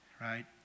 right